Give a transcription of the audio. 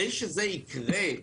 כדי שזה יקרה,